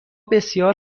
بسیار